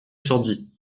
sordi